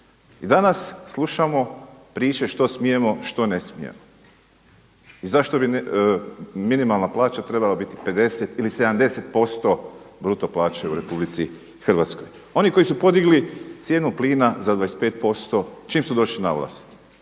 I danas slušamo priče što smijemo, što ne smijemo i zašto bi minimalna plaća trebala biti 50 ili 70% bruto plaće u RH. Oni koji su podigli cijenu plina za 25% čim su došli na vlast,